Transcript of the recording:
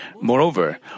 Moreover